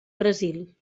brasil